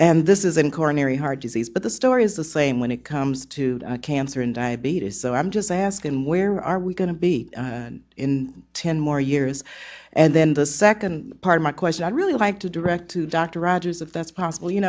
and this is an coronary heart disease but the story is the same when it comes to cancer and diabetes so i'm just asking where are we going to be in ten more years and then the second part of my question i really like to direct to dr rogers if that's possible you